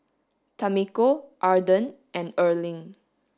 Tamiko Arden and Erling